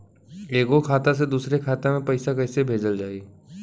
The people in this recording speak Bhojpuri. एगो खाता से दूसरा खाता मे पैसा कइसे भेजल जाई?